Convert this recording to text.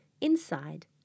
inside